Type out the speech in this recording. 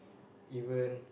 even